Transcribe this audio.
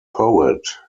poet